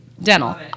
Dental